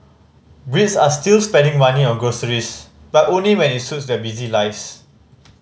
Brits are still spending money on groceries but only when it suits their busy lives